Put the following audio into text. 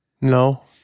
No